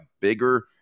bigger